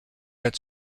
had